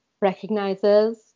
recognizes